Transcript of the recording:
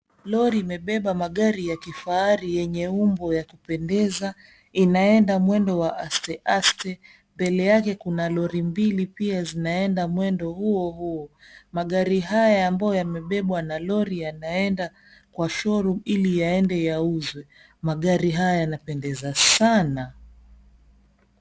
Lori imebeba magari ya kifahari yenye umbo ya kupendeza inaenda mwendo wa asteaste, mbele yake kuna lori mbili pia zinaenda mwendo huohuo. Magari haya ambayo yamebebwa na lori yanaenda kwa show room ili yaende yauzwe. Magari haya yanapendeza sana.